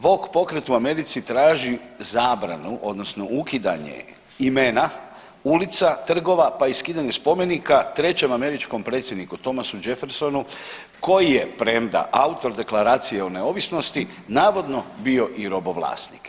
Woke pokret u Americi traži zabranu, odnosno ukidanje imena ulica, trgova, pa i skidanje spomenika trećem američkom predsjedniku Thomasu Jeffersonu koji je premda autor Deklaracije o neovisnosti navodno bio i robovlasnik.